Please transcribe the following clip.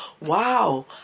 wow